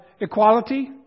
Equality